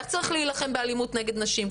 איך צריך להילחם באלימות נגד נשים,